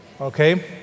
Okay